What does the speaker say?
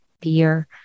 fear